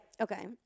Okay